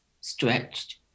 stretched